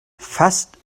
fast